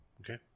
Okay